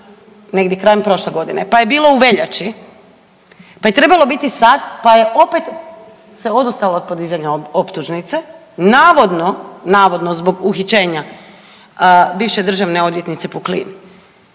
negdje krajem prošle godine, pa je bilo u veljači, pa je trebalo biti sad, pa je opet se odustalo od podizanja optužnice. Navodno, navodno zbog uhićenja bivše državne odvjetnice Puklin.